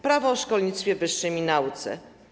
Prawo o szkolnictwie wyższym i nauce.